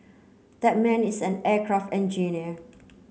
that man is an aircraft engineer